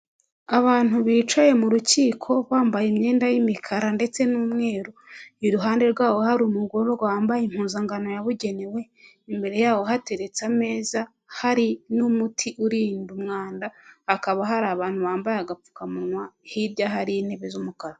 Abantu bicaye mu rukiko bambaye imyenda y'imikara ndetse n'umweru, iruhande rwabo hari umugororwa wambaye impuzankano yabugenewe, imbere y'abo hateretse ameza hari n'umuti urinda umwanda, hakaba hari abantu bambaye agapfukamunwa hirya hari intebe z'umukara.